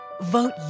Vote